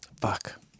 Fuck